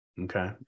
Okay